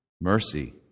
Mercy